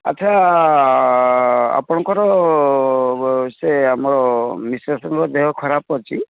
ଆଚ୍ଛା ଆପଣଙ୍କର ସେ ଆମ ମିସେସ୍ଙ୍କ ଦେହ ଖରାପ ଅଛି